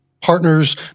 partners